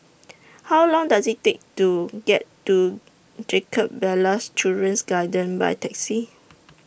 How Long Does IT Take to get to Jacob Ballas Children's Garden By Taxi